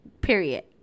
period